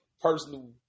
personal